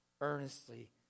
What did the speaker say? earnestly